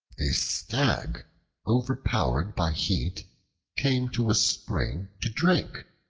a stag overpowered by heat came to a spring to drink.